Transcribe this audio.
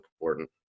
important